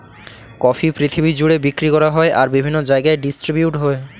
coffee পৃথিবী জুড়ে বিক্রি করা হয় আর বিভিন্ন জায়গায় ডিস্ট্রিবিউট হয়